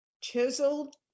Chiseled